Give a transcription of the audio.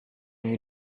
you